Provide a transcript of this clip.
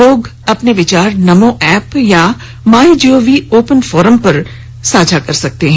लोग अपने विचार नमो एप या माईगोव ओपन फोरम पर साझा कर सकते हैं